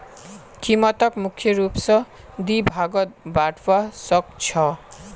कीमतक मुख्य रूप स दी भागत बटवा स ख छ